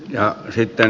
ja sitten